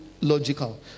logical